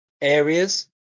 areas